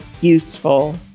useful